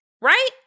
right